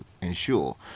ensure